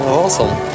Awesome